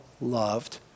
loved